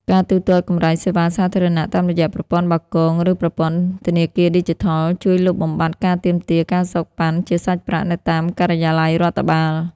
ការទូទាត់កម្រៃសេវាសាធារណៈតាមរយៈ ប្រព័ន្ធបាគង ឬប្រព័ន្ធធនាគារឌីជីថល ជួយលុបបំបាត់ការទាមទារ ការសូកប៉ាន់ ជាសាច់ប្រាក់នៅតាមការិយាល័យរដ្ឋបាល។